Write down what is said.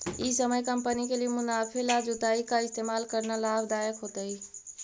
ई समय कंपनी के लिए मुनाफे ला जुताई का इस्तेमाल करना लाभ दायक होतई